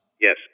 Yes